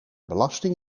belasting